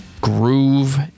groove